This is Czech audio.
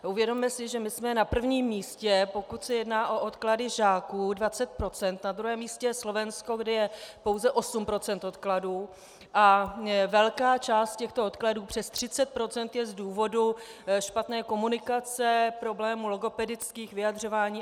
Uvědomme si, že my jsme na prvním místě, pokud se jedná o odklady žáků 20 %, na druhém místě je Slovensko, kde je pouze 8 % odkladů, a velká část těchto odkladů, přes 30 %, je z důvodu špatné komunikace, problémů logopedických, vyjadřování atd. atd.